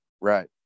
right